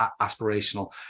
aspirational